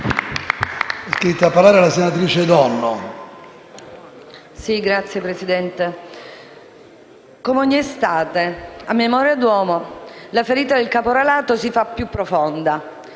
come ogni estate, a memoria d'uomo, la ferita del caporalato si fa più profonda,